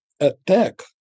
attack